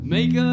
Make